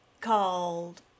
called